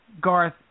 Garth